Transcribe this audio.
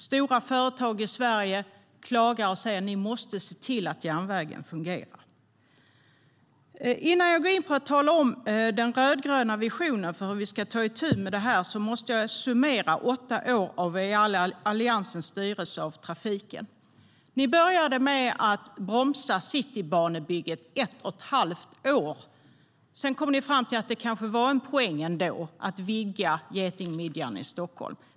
Stora företag i Sverige klagar och säger: Ni måste se till att järnvägen fungerar. Ni började med att bromsa Citybanebygget i ett och ett halvt år. Sedan kom ni fram till att det kanske ändå var en poäng med att vidga getingmidjan i Stockholm.